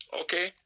Okay